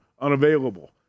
unavailable